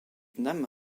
nam